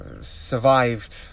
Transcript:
survived